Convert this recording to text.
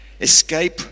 Escape